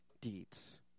deeds